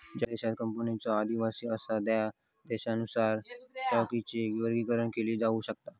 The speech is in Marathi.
ज्या देशांत कंपनीचो अधिवास असा त्या देशानुसार स्टॉकचो वर्गीकरण केला जाऊ शकता